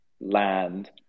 land